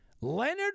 Leonard